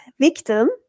victim